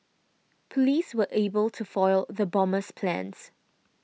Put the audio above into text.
police were able to foil the bomber's plans